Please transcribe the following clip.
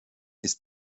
ist